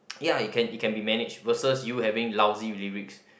ya it can it can be managed versus you having lousy lyrics